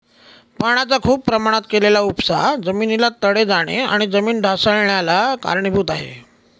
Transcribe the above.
पाण्याचा खूप प्रमाणात केलेला उपसा जमिनीला तडे जाणे आणि जमीन ढासाळन्याला कारणीभूत आहे